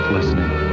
Listening